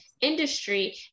industry